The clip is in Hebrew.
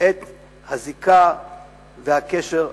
את הזיקה והקשר היהודי.